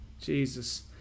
Jesus